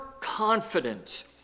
confidence